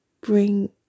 bring